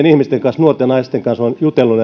ihmisten kanssa nuorten naisten kanssa olen jutellut